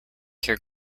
you’re